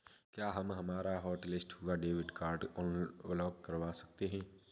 क्या हम हमारा हॉटलिस्ट हुआ डेबिट कार्ड अनब्लॉक करवा सकते हैं?